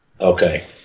okay